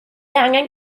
angen